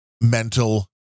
mental